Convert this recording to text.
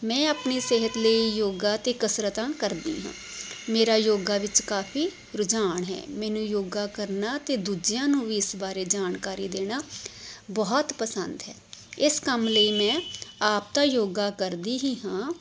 ਮੈਂ ਆਪਣੀ ਸਿਹਤ ਲਈ ਯੋਗਾ ਅਤੇ ਕਸਰਤਾਂ ਕਰਦੀ ਹਾਂ ਮੇਰਾ ਯੋਗਾ ਵਿੱਚ ਕਾਫੀ ਰੁਝਾਨ ਹੈ ਮੈਨੂੰ ਯੋਗਾ ਕਰਨਾ ਅਤੇ ਦੂਜਿਆਂ ਨੂੰ ਵੀ ਇਸ ਬਾਰੇ ਜਾਣਕਾਰੀ ਦੇਣਾ ਬਹੁਤ ਪਸੰਦ ਹੈ ਇਸ ਕੰਮ ਲਈ ਮੈਂ ਆਪ ਤਾਂ ਯੋਗਾ ਕਰਦੀ ਹੀ ਹਾਂ